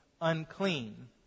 unclean